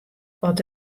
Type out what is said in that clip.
oft